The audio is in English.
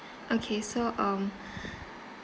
okay so um